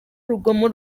urugomo